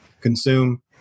consume